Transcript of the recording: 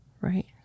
right